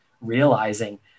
realizing